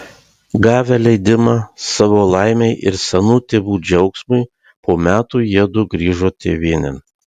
gavę leidimą savo laimei ir senų tėvų džiaugsmui po metų jiedu grįžo tėvynėn